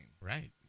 Right